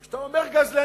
כשאתה אומר גזלנים,